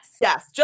Yes